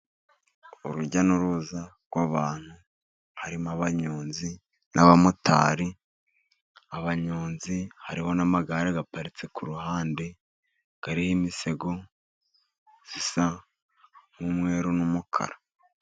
Urujya n'uruza rw'abantu harimo abanyonzi n'abamotari, abanyonzi harimo n'amagare aparitse ku ruhande kariho imisego isa n'umweruru n'umukara.